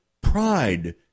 pride